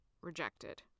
rejected